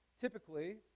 Typically